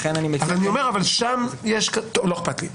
לכן אני מציע --- טוב, לא אכפת לי.